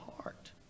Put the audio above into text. heart